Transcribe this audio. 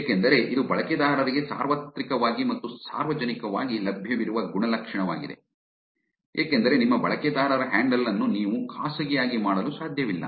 ಏಕೆಂದರೆ ಇದು ಬಳಕೆದಾರರಿಗೆ ಸಾರ್ವತ್ರಿಕವಾಗಿ ಮತ್ತು ಸಾರ್ವಜನಿಕವಾಗಿ ಲಭ್ಯವಿರುವ ಗುಣಲಕ್ಷಣವಾಗಿದೆ ಏಕೆಂದರೆ ನಿಮ್ಮ ಬಳಕೆದಾರರ ಹ್ಯಾಂಡಲ್ ಅನ್ನು ನೀವು ಖಾಸಗಿಯಾಗಿ ಮಾಡಲು ಸಾಧ್ಯವಿಲ್ಲ